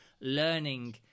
learning